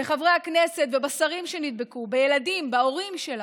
בחברי הכנסת ובשרים שנדבקו, בילדים, בהורים שלנו,